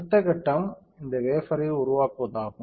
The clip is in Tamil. அடுத்த கட்டம் இந்த வேஃபர்ரை உருவாக்குவதாகும்